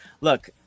Look